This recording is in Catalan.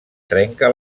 trenca